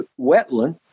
wetland